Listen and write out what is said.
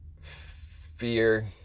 fear